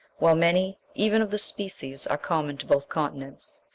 while many, even of the species, are common to both continents.